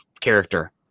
character